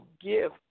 give